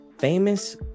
famous